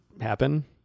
happen